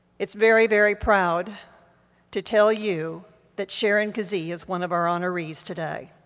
it's very, very proud to tell you that sharon kazee is one of our honorees today.